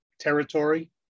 territory